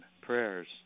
Prayers